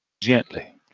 Gently